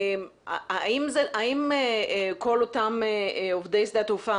האם כל אותם עובדי שדה התעופה,